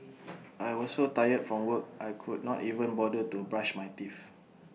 I was so tired from work I could not even bother to brush my teeth